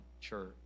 church